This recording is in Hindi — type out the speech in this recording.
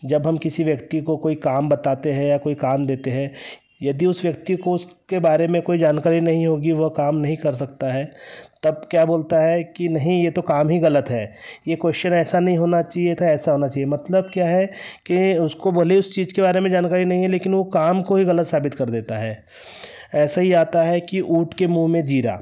जब हम किसी व्यक्ति को कोई काम बताते हैं या कोई काम देते हैं यदि उस व्यक्ति को उसके बारे में कोई जानकारी नहीं होगी वह काम नहीं कर सकता है तब क्या बोलता है कि नहीं यह तो काम ही गलत है यह क्वेश्चन ऐसा नहीं होना चाहिए था ऐसा होना चाहिए मतलब क्या है कि उसको भले ही उस चीज़ के बारे में जानकारी नहीं है लेकिन वह काम को ही गलत साबित कर देता है ऐसे ही आता है कि ऊँट के मुँह में जीरा